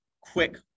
quick